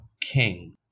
king